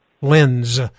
Lens